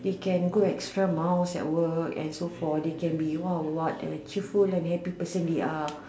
they can go extra miles at work and so for they can be what what what a cheerful and happy person they are